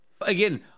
Again